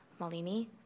Malini